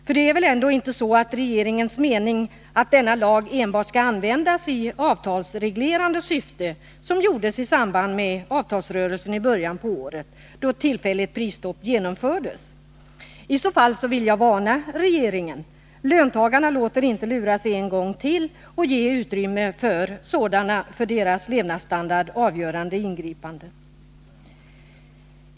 För det är väl ändå inte regeringens mening att denna lag skall användas enbart i avtalsreglerande syfte, som man gjorde i samband med avtalsrörelsen i början på året, då ett tillfälligt prisstopp genomfördes? I så fall vill jag varna regeringen. Löntagarna låter inte lura sig en gång till att ge utrymme för sådana för deras levnadsstandard avgörande ingripanden.